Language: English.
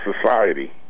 society